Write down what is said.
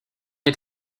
est